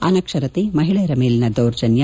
ಅನಕ್ಷರತೆ ಮಹಿಳೆಯರ ಮೇಲಿನ ದೌರ್ಜನ್ಲ